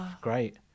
great